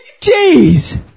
jeez